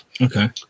okay